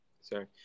Sorry